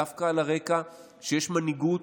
דווקא על הרקע שיש מנהיגות,